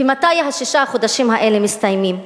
ומתי השישה חודשים האלה מסתיימים?